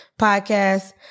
podcast